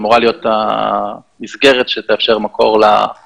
בחוק שיאושר היום אמורה להיות המסגרת שתאפשר מקור לתוכנית.